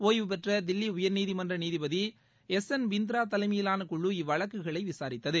ஒய்வு பெற்ற தில்லி உயர்நீதிமன்ற நீதிபதி எஸ் என் பிந்த்ரா தலைமையிவான குழு இவ்வழக்குகளை விசாரித்தது